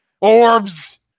orbs